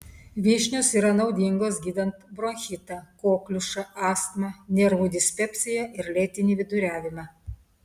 vyšnios yra naudingos gydant bronchitą kokliušą astmą nervų dispepsiją ir lėtinį viduriavimą